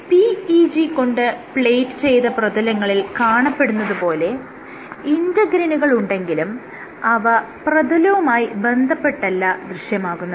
PEG കൊണ്ട് plate ചെയ്ത പ്രതലങ്ങളിൽ കാണപ്പെടുന്നത് പോലെ ഇന്റെഗ്രിനുകൾ ഉണ്ടെങ്കിലും അവ പ്രതലവുമായി ബന്ധപ്പെട്ടല്ല ദൃശ്യമാകുന്നത്